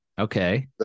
okay